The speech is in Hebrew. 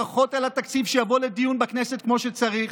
ברכות על התקציב שיבוא לדיון בכנסת כמו שצריך.